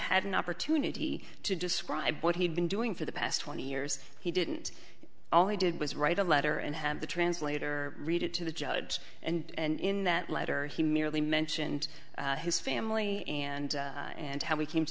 had an opportunity to describe what he'd been doing for the past twenty years he didn't all he did was write a letter and have the translator read it to the judge and in that letter he merely mentioned his family and and how we came